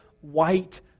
white